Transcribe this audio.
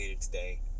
today